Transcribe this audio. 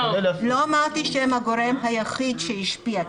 לא אמרתי שהם הגורם היחיד שהשפיע,